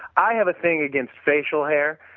i have a thing against facial hair.